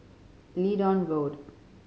Leedon Road